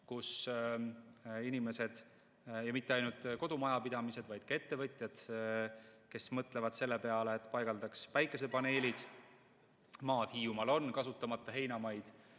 kus inimesed mitte ainult kodumajapidamistes, vaid ka ettevõtetes mõtlevad selle peale, et paigaldaks päikesepaneelid, sest Hiiumaal on maad, kasutamata heinamaid,